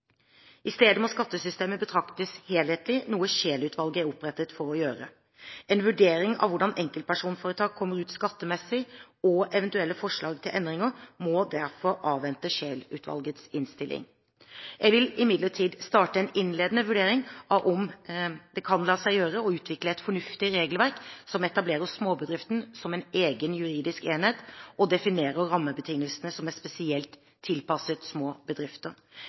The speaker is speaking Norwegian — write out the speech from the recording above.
I stedet må skattesystemet betraktes helhetlig, noe Scheel-utvalget er opprettet for å gjøre. En vurdering av hvordan enkeltpersonforetak kommer ut skattemessig, og eventuelle forslag til endringer, må derfor avvente Scheel-utvalgets innstilling. Jeg vil imidlertid starte en innledende vurdering av om det kan la seg gjøre å utvikle et fornuftig regelverk som etablerer småbedriften som en egen juridisk enhet og definerer rammebetingelser som er spesielt tilpasset små bedrifter.